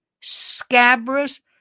scabrous